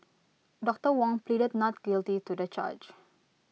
doctor Wong pleaded not guilty to the charge